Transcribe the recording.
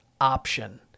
option